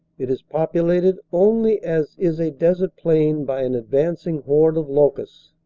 it is populated only as is a desert plain by an advancing horde of locusts.